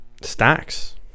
Stacks